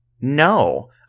No